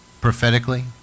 prophetically